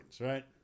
right